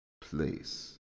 place